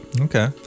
Okay